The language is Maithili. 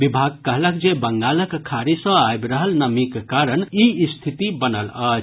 विभाग कहलक जे बंगालक खाड़ी सँ आबि रहल नमीक कारण ई स्थिति बनल अछि